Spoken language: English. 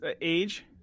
age